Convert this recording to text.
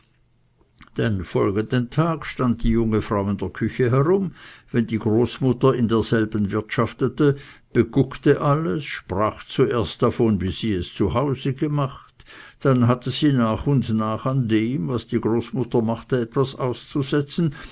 den folgenden tag stand die junge frau in der küche herum wenn die großmutter in derselben wirtschaftete beguckte alles und sprach zuerst davon wie sie es zu hause gemacht dann hatte sie nach und nach an dem was die großmutter machte etwas auszusetzen